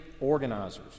organizers